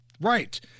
Right